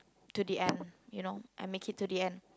to the end you know and make it to the end